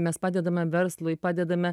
mes padedame verslui padedame